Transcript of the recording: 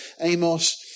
Amos